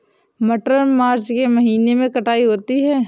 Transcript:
मटर मार्च के महीने कटाई होती है?